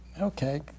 Okay